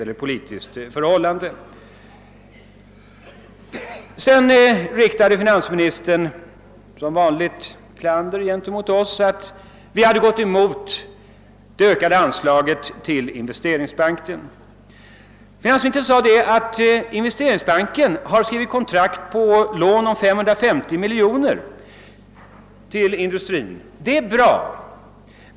Finansministern riktade som vanligt klander mot oss för att vi hade motsatt oss det ökade anslaget till Investeringsbanken. Finansministern sade att Investeringsbanken har skrivit kontrakt om lån på 450 miljoner kronor till industrin. Det är bra.